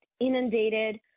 inundated